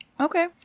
Okay